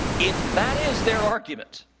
if that is their argument,